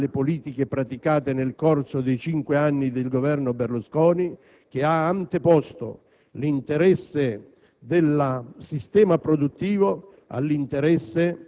Il cosiddetto tesoretto viene dalla virtuosità delle politiche praticate nel corso dei cinque anni del Governo Berlusconi, che ha anteposto l'interesse